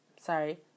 Sorry